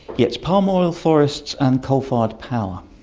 it's palm oil forests and coal fired power.